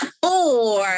four